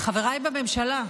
בממשלה.